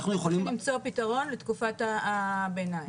צריכים למצוא פתרון לתקופת הביניים.